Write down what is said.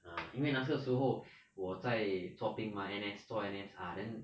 ah 因为那个时候我在做兵 mah N_S 做 N_S ah then